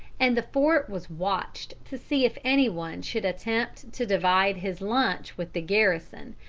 and the fort was watched to see if any one should attempt to divide his lunch with the garrison,